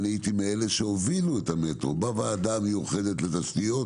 ואני הייתי מאלה שהובילו את המטרו בוועדה המיוחדת לתשתיות